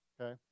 okay